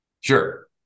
Sure